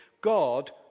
God